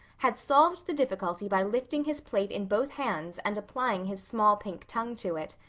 had solved the difficulty by lifting his plate in both hands and applying his small pink tongue to it.